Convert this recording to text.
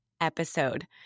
episode